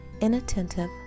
inattentive